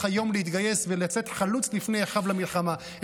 היום להתגייס ולצאת חלוץ לפני אחיו למלחמה,